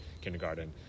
kindergarten